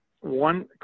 one